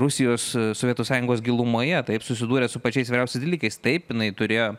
rusijos sovietų sąjungos gilumoje taip susidūrė su pačiais įvairiausiais dalykais taip jinai turėjo